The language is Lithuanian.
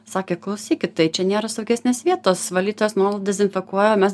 sakė klausykit tai čia nėra saugesnės vietos valytojos nuolat dezinfekuoja o mes